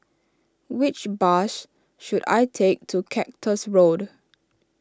which bus should I take to Cactus Road